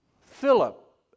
Philip